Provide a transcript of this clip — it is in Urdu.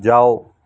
جاؤ